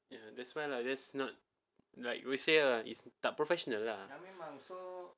ya that's why lah that's not like you said lah is tak professional lah